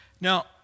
Now